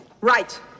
Right